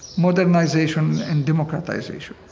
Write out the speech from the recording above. modernization and democratization,